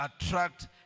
attract